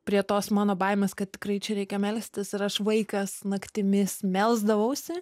prie tos mano baimės kad tikrai čia reikia melstis ir aš vaikas naktimis melsdavausi